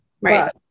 Right